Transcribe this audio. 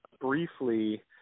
briefly